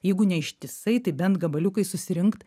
jeigu ne ištisai tai bent gabaliukais susirinkt